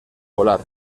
volar